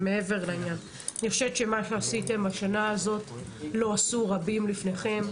אני חושבת שמה שעשיתם בשנה הזאת לא עשו רבים לפניכם,